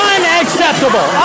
Unacceptable